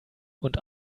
und